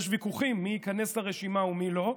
יש ויכוחים מי ייכנס לרשימה ומי לא,